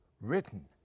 written